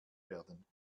werden